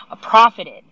profited